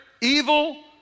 evil